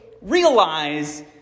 realize